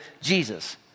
Jesus